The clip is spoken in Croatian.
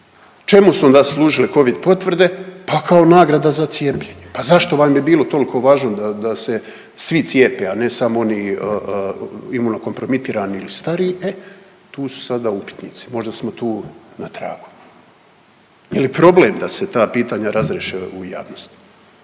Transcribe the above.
Čemu su onda služile covid potvrde? Pa kao nagrada za cijepljenje. Pa zašto vam je bilo toliko važno da, da se svi cijepe, a ne samo oni imunokompromitirani ili stariji, e tu su sada upitnici, možda smo tu na tragu. Je li problem da se ta pitanja razriješe u javnosti?